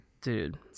Dude